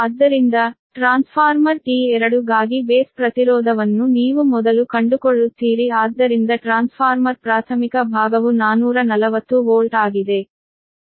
ಆದ್ದರಿಂದ transformer T2 ಗಾಗಿ base ಪ್ರತಿರೋಧವನ್ನು ನೀವು ಮೊದಲು ಕಂಡುಕೊಳ್ಳುತ್ತೀರಿ ಆದ್ದರಿಂದ ಟ್ರಾನ್ಸ್ಫಾರ್ಮರ್ ಪ್ರಾಥಮಿಕ ಭಾಗವು 440 ವೋಲ್ಟ್ ಆಗಿದೆ